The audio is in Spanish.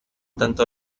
tanto